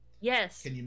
Yes